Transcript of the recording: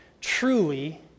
truly